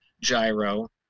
gyro